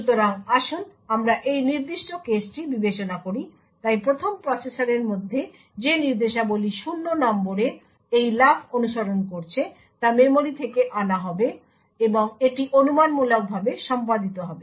সুতরাং আসুন আমরা এই নির্দিষ্ট কেসটি বিবেচনা করি তাই প্রথমে প্রসেসরের মধ্যে যে নির্দেশাবলী 0 নম্বরে এই লাফ অনুসরণ করছে তা মেমরি থেকে আনা হবে এবং এটি অনুমানমূলকভাবে সম্পাদিত হবে